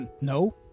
No